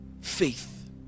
faith